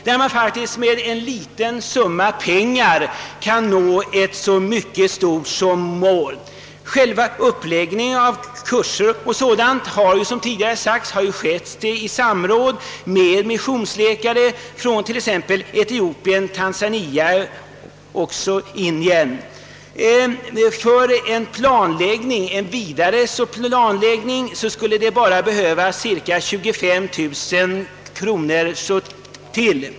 Där kan man med en liten summa pengar nå ett mycket stort mål. Som tidigare sagts har uppläggningen av kurserna skett i samråd med missionsläkare från Etiopien, Tanzania och Indien, och för en vidare planläggning skulle det behövas ytterligare ca 25 000 kronor.